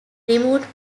removed